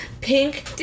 pink